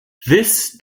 this